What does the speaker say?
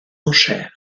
enchères